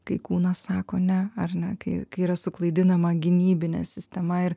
kai kūnas sako ne ar ne kai kai yra suklaidinama gynybinė sistema ir